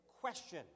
question